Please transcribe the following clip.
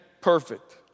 perfect